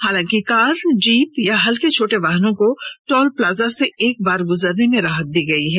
हालांकि car jeep या हल्के छोटे वाहनों को टोल प्लाजा से एक बार गुजरने में राहत दी गई है